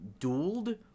dueled